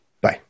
Bye